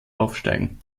aufsteigen